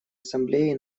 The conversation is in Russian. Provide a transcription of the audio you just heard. ассамблеи